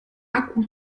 akku